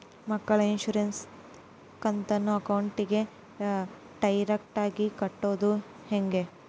ಮಕ್ಕಳ ಇನ್ಸುರೆನ್ಸ್ ಕಂತನ್ನ ಅಕೌಂಟಿಂದ ಡೈರೆಕ್ಟಾಗಿ ಕಟ್ಟೋದು ಹೆಂಗ?